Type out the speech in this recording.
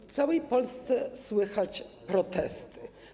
W całej Polsce słychać protesty.